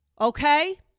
Okay